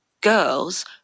girls